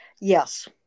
Yes